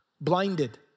Blinded